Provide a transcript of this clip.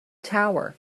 tower